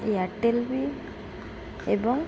Airtel ବି ଏବଂ